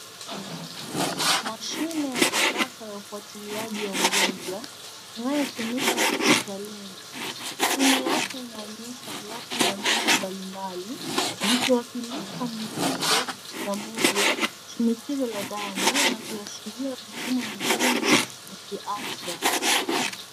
Mashine ya kisasa ya ufuatiliaji wa mgonjwa, inayotumika hospitalini. Chini yake inaonyesha grafu na namba mbalimbali, zikiwakilisha mpigo wa moyo, shinikizo la damu na viashiria vingine muhimu vya kiafya.